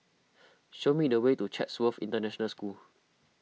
show me the way to Chatsworth International School